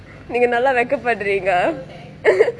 நீங்கே நல்ல வெக்க படுறீங்கே:neengae nalla vekka paduringae